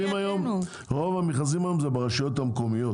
רוב המכרזים לעסקים קטנים היום הם ברשויות המקומיות.